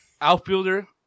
Outfielder